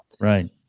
Right